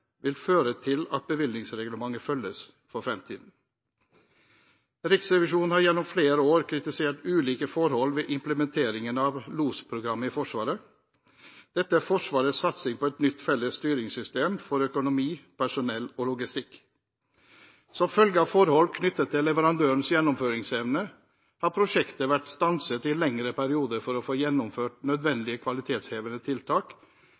vil føre til at bevilgningsreglementet følges for framtiden. Riksrevisjonen har gjennom flere år kritisert ulike forhold ved implementeringen av LOS-programmet i Forsvaret. Dette er Forsvarets satsing på et nytt felles styringssystem for økonomi, personell og logistikk. Som følge av forhold knyttet til leverandørens gjennomføringsevne har prosjektet vært stanset i lengre perioder for å få gjennomført nødvendig kvalitetshevende tiltak